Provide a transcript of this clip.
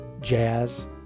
jazz